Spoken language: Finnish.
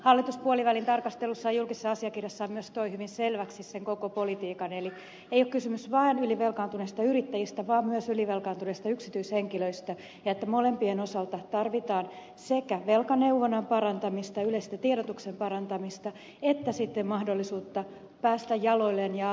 hallitus puolivälintarkastelussaan julkisessa asiakirjassaan myös toi hyvin selväksi sen koko politiikan eli ei ole kysymys vaan ylivelkaantuneista yrittäjistä vaan myös ylivelkaantuneista yksityishenkilöistä ja molempien osalta tarvitaan sekä velkaneuvonnan parantamista yleistä tiedotuksen parantamista että sitten mahdollisuutta päästä jaloilleen ja aloittaa uudelleen